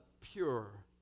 pure